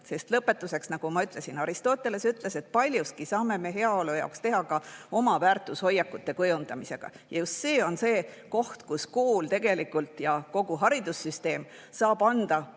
Sest nagu ma ütlesin, Aristoteles ütles, et paljuski saame me heaolu jaoks teha ka oma väärtushoiakute kujundamisega. Just see on see koht, kus kool ja tegelikult kogu haridussüsteem saab anda